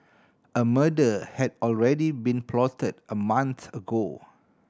a murder had already been plotted a month ago